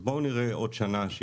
אז בואו נראה עוד שנה,